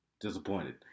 disappointed